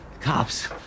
cops